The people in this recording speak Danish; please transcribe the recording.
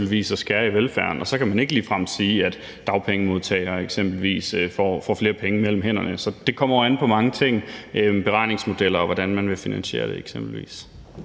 at skære i velfærden, og så kan man ikke ligefrem sige, at eksempelvis dagpengemodtagere får flere penge mellem hænderne. Så det kommer jo an på mange ting – eksempelvis beregningsmodeller, og hvordan man vil finansiere det. Kl.